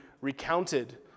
recounted